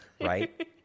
right